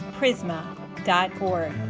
prisma.org